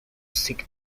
seek